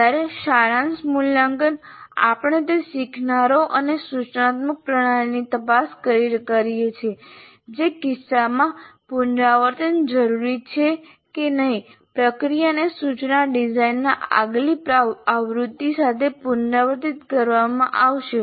જ્યારે સારાંશ મૂલ્યાંકન આપણે તે શીખનારાઓ અને સૂચનાત્મક પ્રણાલીની તપાસ કરીને કરીએ છીએ જે કિસ્સામાં પુનરાવર્તન જરૂરી છે કે નહીં પ્રક્રિયાને સૂચના ડિઝાઇનના આગલિ આવૃત્તિ સાથે પુનરાવર્તિત કરવામાં આવશે